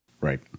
right